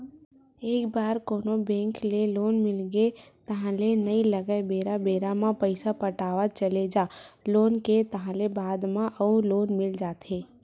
एक बार कोनो बेंक ले लोन मिलगे ताहले नइ लगय बेरा बेरा म पइसा पटावत चले जा लोन के ताहले बाद म अउ लोन मिल जाथे